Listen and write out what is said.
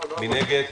נגד,